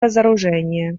разоружение